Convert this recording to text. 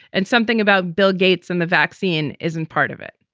and something about bill gates and the vaccine isn't part of it.